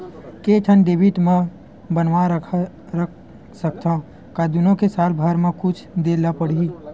के ठन डेबिट मैं बनवा रख सकथव? का दुनो के साल भर मा कुछ दे ला पड़ही?